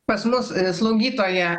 pas mus slaugytoja